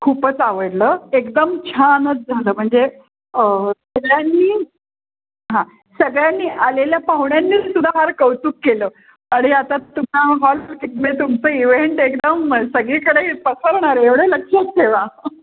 खूपच आवडलं एकदम छानच झालं म्हणजे सगळ्यांनी हां सगळ्यांनी आलेल्या पाहुण्यांनी सुधा फार कौतुक केलं आणि आता तुम्हाला हॉल तुमचं इव्हेंट एकदम सगळीकडे पसरणार आहे एवढं लक्षात ठेवा